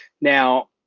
Now